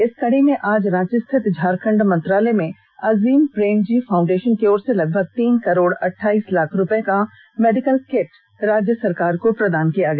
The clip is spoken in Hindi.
इस कड़ी में आज रांची स्थित झारखंड मंत्रालय में अजीम प्रेमजी फाउंडेशन की ओर से लगभग तीन करोड़ अठ्ठाईस लाख रुपए का मेडिकल किट्स राज्य सरकार को प्रदान किया गया